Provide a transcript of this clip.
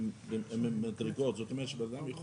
כל אדם יכול